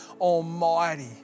almighty